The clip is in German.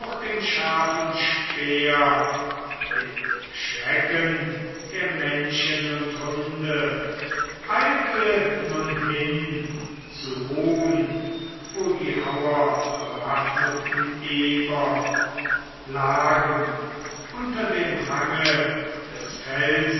den scharfen speer den schrecken der menschen und hunde eilte nun hin zu ruhn wo die hauerbewaffneten eber lagen unter dem hange des